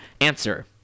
Answer